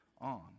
on